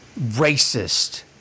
racist